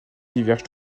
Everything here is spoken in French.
divergent